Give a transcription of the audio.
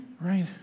Right